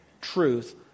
truth